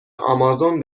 آمازون